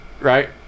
right